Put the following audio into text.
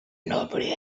nobody